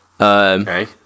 Okay